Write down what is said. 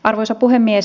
arvoisa puhemies